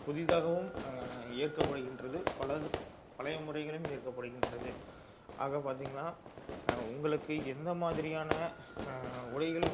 புதிதாகவும் ஏற்கப்படுகின்றது பலது பழைய முறைகளையும் ஏற்கப்படுகின்றது ஆக பார்த்தீங்கன்னா உங்களுக்கு எந்த மாதிரியான உடைகள்